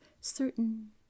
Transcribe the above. certain